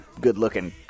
good-looking